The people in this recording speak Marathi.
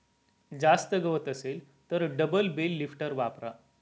जास्त गवत असेल तर डबल बेल लिफ्टर वापरा